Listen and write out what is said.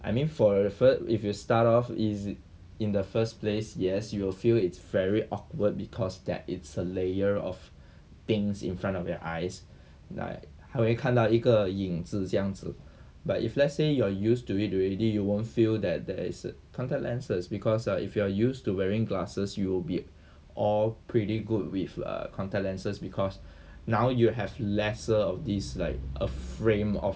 I mean for effort if you start off is it in the first place yes you will feel it's very awkward because there is a layer of things in front of your eyes like 他会看到一个影子这样子 but if let's say you are used to it already you won't feel that there is contact lenses because if you are used to wearing glasses you'll be all pretty good with a contact lenses because now you have lesser of this like a frame of